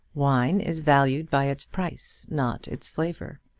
wine is valued by its price, not its flavour.